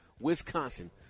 Wisconsin